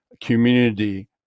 community